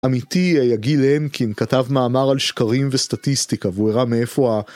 עמיתי, גיל הנקין, כתב מאמר על שקרים וסטטיסטיקה, והוא הראה מאיפה ה...